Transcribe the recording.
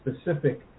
specific